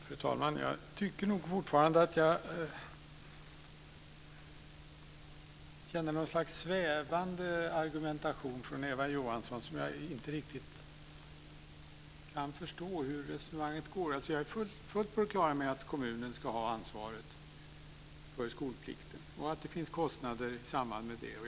Fru talman! Jag tycker nog fortfarande att jag känner att det är någon slags svävande argumentation som Eva Johansson för. Jag kan inte riktigt förstå hur resonemanget går. Jag är fullt på det klara med att kommunen ska ha ansvaret för skolplikten och att det finns kostnader i samband med det.